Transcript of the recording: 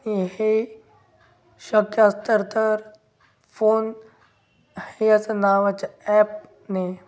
हे शक्य असतं तर फोन हे असचं नावाचं ॲपने